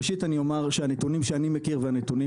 ראשית אני אומר שהנתונים שאני מכיר והנתונים